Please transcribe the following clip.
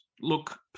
look